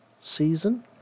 season